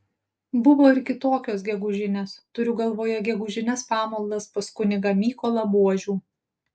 buvo ir kitokios gegužinės turiu galvoje gegužines pamaldas pas kunigą mykolą buožių